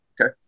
okay